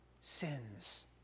sins